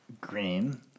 green